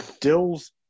Dill's